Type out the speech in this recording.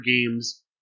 Games